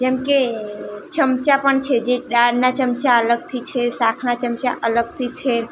જેમકે ચમચા પણ છે જે દાળના ચમચા અલગથી શાકના ચમચા અલગથી છે